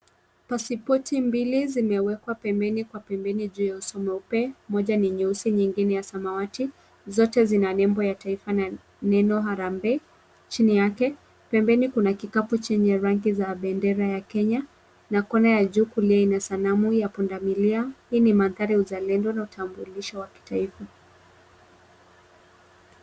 Pasipoti mbili zimewekwa pembeni kwa pembeni juu ya uzio mweupe, moja nyeusi nyingine ya samawati, zote zina nembo ya taifa na neno harambee chini yake, pembeni kuna kikapu zenye rangi ya bendera ya Kenya na kona ya juu kulia ina sanamu ya punda milia. Hii ni mandhari ya uzalendo na utambulisho wa kitaifa.